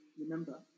remember